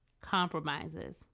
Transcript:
compromises